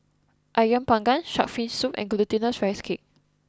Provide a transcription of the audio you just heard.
Ayam Panggang Shark's Fin Soup and Glutinous Rice Cake